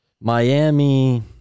Miami